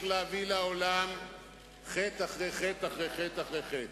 להביא לעולם חטא אחרי חטא אחרי חטא אחרי חטא,